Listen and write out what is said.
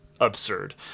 absurd